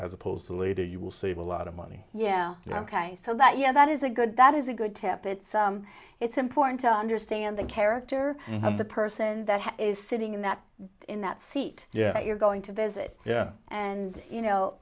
as opposed to later you will save a lot of money yeah ok so that you know that is a good that is a good tip it's it's important to understand the character of the person that is sitting in that in that seat yeah you're going to visit yeah and you know